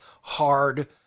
hard